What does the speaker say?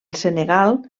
senegal